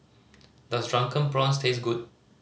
does Drunken Prawns taste good